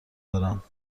دارم